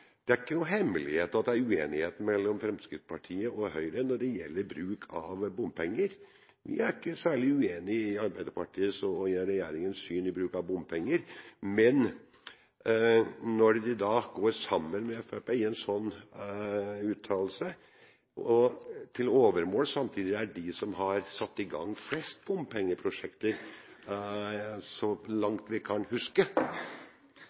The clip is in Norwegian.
Det er ikke noen hemmelighet at det er uenighet mellom Fremskrittspartiet og Høyre når det gjelder bruken av bompenger. Vi er ikke særlig uenig med Arbeiderpartiets og regjeringens syn i bruken av bompenger, men når vi da går sammen med Fremskrittspartiet i en slik uttalelse – og til overmål samtidig er de som har satt i gang flest bompengeprosjekter, så langt vi kan huske